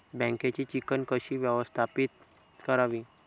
बँकेची चिकण कशी व्यवस्थापित करावी?